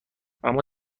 اما